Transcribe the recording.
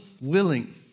willing